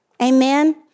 Amen